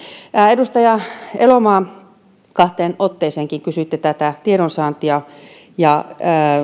edustaja elomaa kahteenkin otteeseen kysyitte tästä tiedon saannista ja